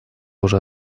уже